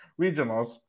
regionals